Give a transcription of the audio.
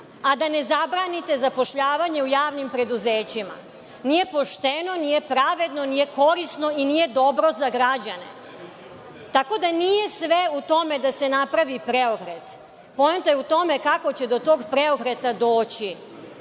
a da ne zabranite zapošljavanje u javnim preduzećima. Nije pošteno, nije pravedno, nije korisno i nije dobro za građane. Tako da, nije sve u tome da se napravi preokret. Poenta je u tome kako će do tog preokreta doći.